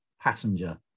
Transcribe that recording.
passenger